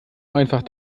einfach